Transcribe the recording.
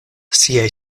siaj